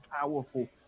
powerful